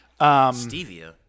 Stevia